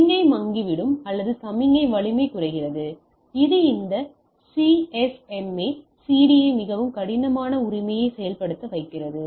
சமிக்ஞை மங்கிவிடும் அல்லது சமிக்ஞை வலிமை குறைகிறது இது இந்த சிஎஸ்எம்ஏ சிடியை மிகவும் கடினமான உரிமையை செயல்படுத்த வைக்கிறது